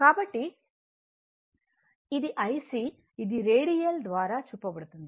కాబట్టి ఇది IC ఇది రేడియల్ ద్వారా చూపబడుతుంది